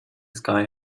sky